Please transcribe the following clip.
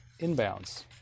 inbounds